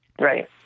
Right